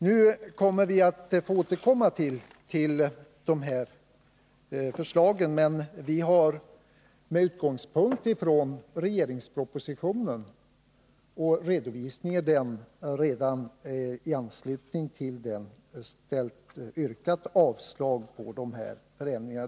Nu får vi återkomma till de här förslagen, men vi har redan i anslutning till propositionen och dess redovisning yrkat avslag på de här ändringsförslagen.